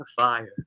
fire